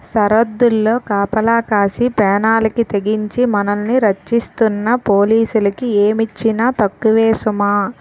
సరద్దుల్లో కాపలా కాసి పేనాలకి తెగించి మనల్ని రచ్చిస్తున్న పోలీసులకి ఏమిచ్చినా తక్కువే సుమా